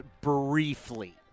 briefly